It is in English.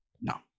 no